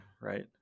right